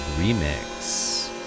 Remix